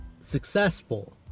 successful